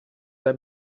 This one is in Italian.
dai